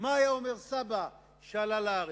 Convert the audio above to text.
מה היה אומר סבא כשעלה לארץ.